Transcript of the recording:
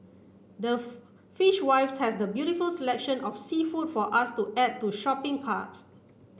the fishwives has the beautiful selection of seafood for us to add to shopping cart